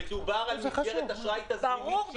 ברור.